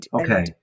Okay